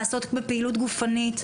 לעסוק בפעילות גופנית.